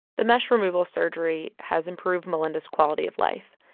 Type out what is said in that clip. the mesh removal surgery has improved melynda's quality of life.